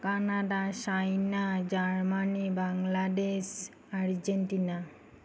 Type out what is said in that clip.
Canada China Germany Bangladesh Argentina